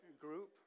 group